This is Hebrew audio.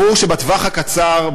ברור שבטווח הקצר,